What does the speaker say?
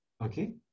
Okay